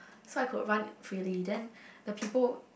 so I could run freely then the people